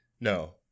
No